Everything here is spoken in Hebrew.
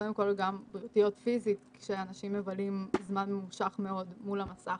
קודם כל גם בריאותיות פיזית שאנשים מבלים זמן ממושך מאוד מול המסך